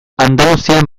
andaluzian